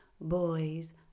boy's